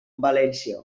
valència